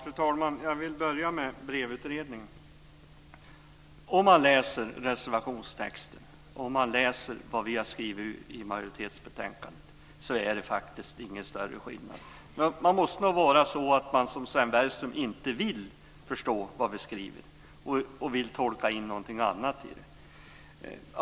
Fru talman! Jag ska börja med BREV utredningen. Om man läser reservationstexten och om man läser vad vi har skrivit i majoritetsförslaget ser man att det inte är någon större skillnad. Det är nog så att Sven Bergström inte vill förstå vad vi skriver, och vill tolka in något annat i det.